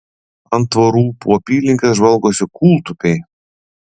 ant tvorų po apylinkes žvalgosi kūltupiai